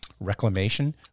Reclamation